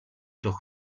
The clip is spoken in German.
doch